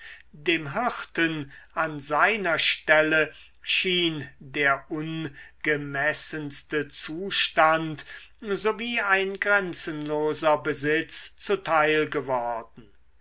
dem hirten an seiner stelle schien der ungemessenste zustand sowie ein grenzenloser besitz zuteil geworden